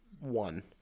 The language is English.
one